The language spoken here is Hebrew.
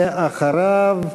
ואחריו,